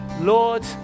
Lord